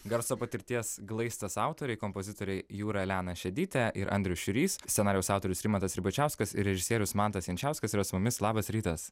garso patirties glaistas autoriai kompozitoriai jūra elena šedytė ir andrius šitys scenarijaus autorius rimantas ribačiauskas režisierius mantas jančiauskas yra su mumis labas rytas